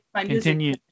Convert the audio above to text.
continue